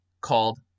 called